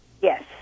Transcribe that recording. Yes